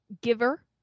Giver